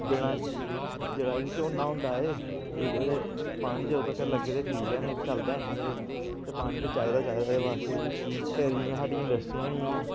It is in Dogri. बिना जेहड़ा इस्सी झोन्ना होंदा एह् एहदे च पानी जदूं तकर लग्गे ते ठीक ऐ नेईं ते चलदा है निं एह् ते पानी ते चाहिदा गै चाहिदा एह्दे बास्ते बी फिर जि'यां साढियां इंडस्ट्रियां होई गेइयां